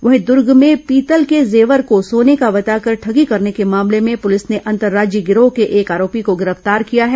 वहीं दूर्ग में पीतल के जेवर को सोने का बताकर ठगी करने के मामले में पुलिस ने अंतर्राज्यीय गिरोह के एक आरोपी को गिरफ्तार किया है